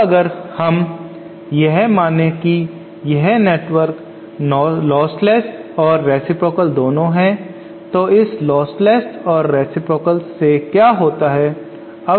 अब अगर हम यह मानें कि यह नेटवर्क लोस्टलेस और रेसिप्रोकाल दोनों है तो इस लोस्टलेस और रेसिप्रोकाल से क्या होता है